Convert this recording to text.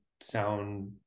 sound